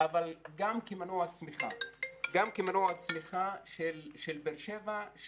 אבל גם כמנוע צמיחה של באר שבע,